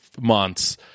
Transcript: months